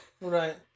Right